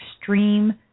extreme